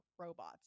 robots